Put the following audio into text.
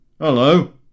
Hello